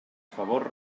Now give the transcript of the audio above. favor